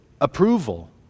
approval